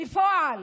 בפועל